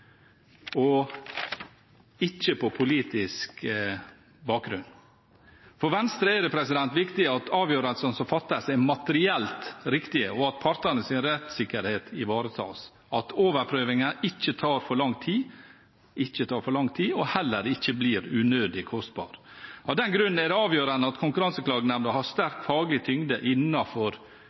og ikke på politisk bakgrunn. For Venstre er det viktig at avgjørelsene som fattes, er materielt riktige, at partenes rettssikkerhet ivaretas, at overprøvingen ikke tar for lang tid og heller ikke blir unødig kostbar. Av den grunn er det avgjørende at Konkurranseklagenemda har sterk faglig tyngde